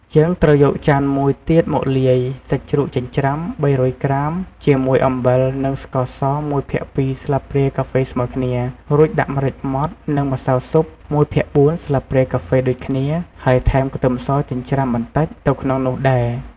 យើងត្រូវយកចានមួយទៀតមកលាយ សាច់ជ្រូកចិញ្ច្រាំ ៣០០ ក្រាម ជាមួយ អំបិល និងស្ករស ១ភាគ២ ស្លាបព្រាកាហ្វេស្មើគ្នា រួចដាក់ម្រេចម៉ដ្ឋ និងម្សៅស៊ុប ១ភាគ៤ ស្លាបព្រាកាហ្វេដូចគ្នាហើយថែមខ្ទឹមសចិញ្ច្រាំបន្តិចទៅក្នុងនោះដែរ។